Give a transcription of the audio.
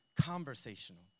conversational